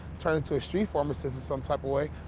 turn into a street pharmacist in some type of way.